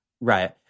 Right